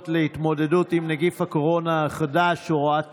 להתמודדות עם נגיף הקורונה החדש (הוראת שעה)